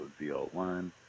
ZL1